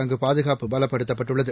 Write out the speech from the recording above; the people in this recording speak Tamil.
அங்குபாதுகாப்பு பலப்படுத்தப்பட்டுள்ளது